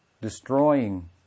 destroying